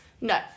No